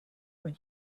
when